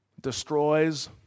Destroys